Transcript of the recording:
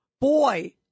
Boy